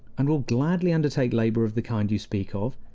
and will gladly undertake labor of the kind you speak of.